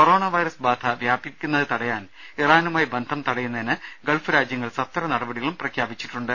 corona virus ബാധ വ്യാപിക്കുന്നതു തടയാൻ ഇറാനുമായി ബന്ധം തടയുന്നതിന് ഗൾഫ് രാജ്യങ്ങൾ സത്വര നടപടികളും പ്രഖ്യാപിച്ചിട്ടുണ്ട്